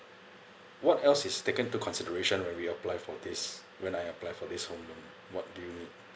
what else is taken into consideration when we apply for this when I apply for this home loan what do you mean